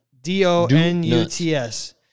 D-O-N-U-T-S